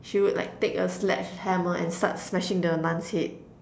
she would like take a sledgehammer and start smashing the nun's head